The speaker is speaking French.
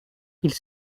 ils